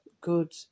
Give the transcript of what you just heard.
good